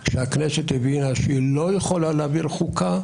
כשהכנסת הבינה שהיא לא יכולה להעביר חוקה.